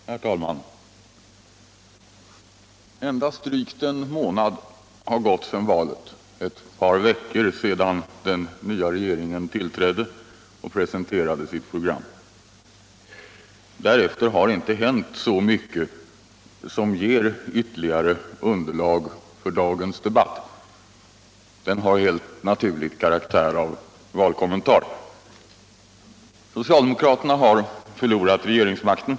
Herr talman! Endast drygt en månad har gått sedan valet och ett par veckor sedan den nya regeringen tillträdde och presenterade sitt program. Därefter har det inte hänt så mycket som ger ytterligare underlag till dagens debatt. Denna har helt naturligt karaktären av valkommentarer. Socialdemokraterna har förlorat regeringsmakten.